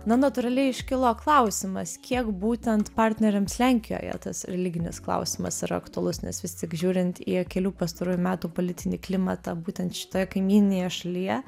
na natūraliai iškilo klausimas kiek būtent partneriams lenkijoje tas religinis klausimas yra aktualus nes vis tik žiūrint į kelių pastarųjų metų politinį klimatą būtent šitoje kaimyninėje šalyje